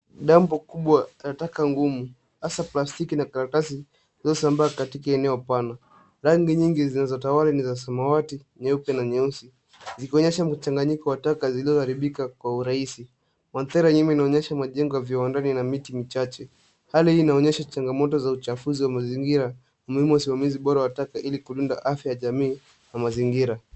Dampu kubwa ya taka ngumu, hasa plastiki na karatasi zilizo sambaa katika eneo pana. Rangi nyingi zinazotawala ni za samawati, nyeupe na nyeusi. Zikionyesha mchanganyiko wa taka zilizo haribika kwa urahisi. Mandhari ya nyuma inaonyesha majengo ya viwandani na miti michache. Hali hii inaonyesha changamoto za uchafuzi wa mazingira, umuhimu wa usimamizi bora wa taka ili kulinda afya ya jamii na mazingira.